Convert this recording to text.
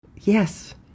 Yes